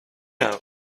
know